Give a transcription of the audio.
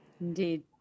Indeed